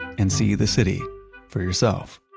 and see the city for yourself